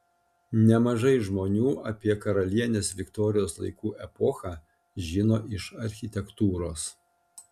nemažai žmonių apie karalienės viktorijos laikų epochą žino iš architektūros